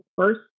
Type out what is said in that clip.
first